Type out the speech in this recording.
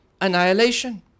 annihilation